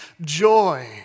joy